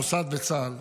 מוסד וצה"ל,